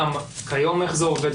כיום איך זה עובד?